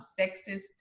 sexist